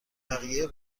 بقیه